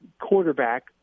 quarterback